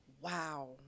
Wow